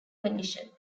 condition